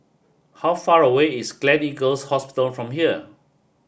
how far away is Gleneagles Hospital from here